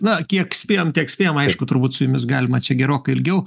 na kiek spėjom tiek spėjom aišku turbūt su jumis galima čia gerokai ilgiau